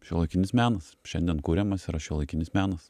šiuolaikinis menas šiandien kuriamas yra šiuolaikinis menas